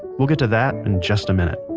we'll get to that in just a minute